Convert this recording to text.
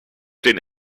den